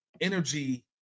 energy